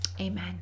Amen